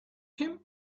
him